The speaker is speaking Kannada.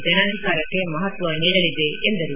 ಜನಾಧಿಕಾರಕ್ಕೆ ಮಹತ್ವ ನೀಡಲಿದೆ ಎಂದರು